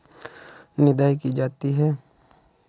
निदाई की जाती है?